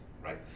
right